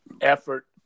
effort